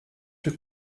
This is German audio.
der